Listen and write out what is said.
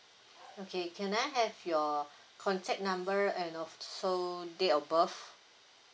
okay can I have your contact number and also date of birth